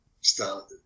started